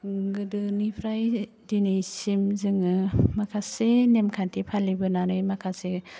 गोदोनिफ्राय दिनैसिम जोङो माखासे नेमखान्थि फालि बोनानै माखासे